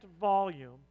volume